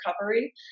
recovery